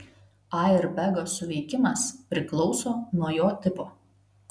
airbego suveikimas priklauso nuo jo tipo